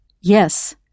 Yes